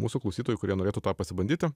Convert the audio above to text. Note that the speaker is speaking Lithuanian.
mūsų klausytojų kurie norėtų tą pasibandyti